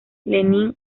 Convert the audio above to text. lenin